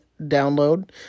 download